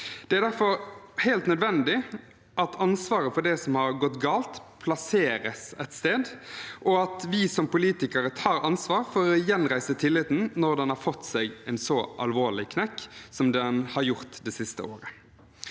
Det er derfor helt nødvendig at ansvaret for det som har gått galt, plasseres et sted, og at vi som politikere tar ansvar for å gjenreise tilliten når den har fått seg en så alvorlig knekk som den har fått det siste året.